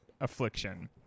affliction